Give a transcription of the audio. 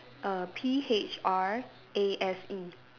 err P H R A S E